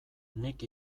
nik